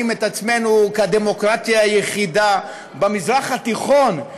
את עצמנו כדמוקרטיה היחידה במזרח התיכון,